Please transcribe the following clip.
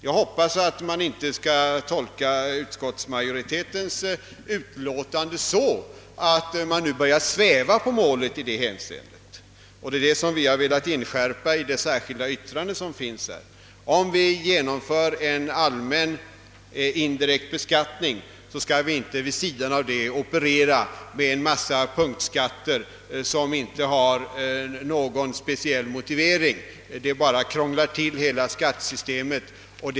Jag hoppas att utskottsmajoritetens uttalande inte bör tolkas så, att man börjar sväva på målet i det hänseendet. Det är den saken vi har velat inskärpa med det särskilda yttrande som avgivits till utskottets betänkande. Om det genomförs en allmän indirekt beskattning, skall man inte vid sidan därav operera med en mängd punktskatter, som det inte finns någon speciell motivering för. Det bara krånglar till hela skattesystemet.